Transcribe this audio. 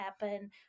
happen